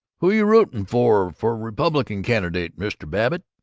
who you rootin' for for republican candidate, mr. babbitt?